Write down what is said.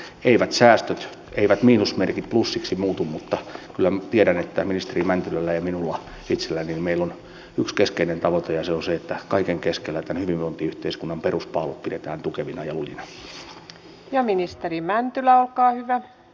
eivät säästöt eivät miinusmerkit plussiksi muutu mutta kyllä tiedän että ministeri mäntylällä ja minulla itselläni meillä on yksi keskeinen tavoite ja se on se että kaiken keskellä tämän hyvinvointiyhteiskunnan peruspaalut pidetään tukevina ja lujina